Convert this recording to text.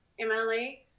MLA